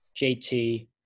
jt